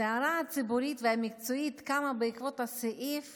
הסערה הציבורית והמקצועית קמה בעקבות הסעיף